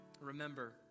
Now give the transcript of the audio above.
Remember